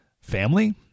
family